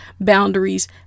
Boundaries